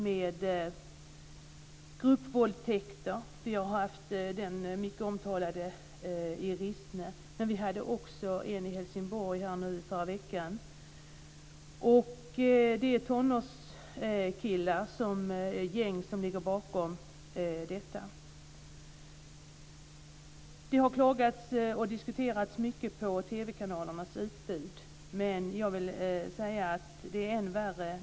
Det har talats mycket om en sådan i Rissne, och det förekom också en i Helsingborg i förra veckan. Bakom dem ligger gäng av tonårskillar. Man har diskuterat om och klagat mycket på TV kanalernas utbud, men jag vill säga att IT-utbudet är än värre.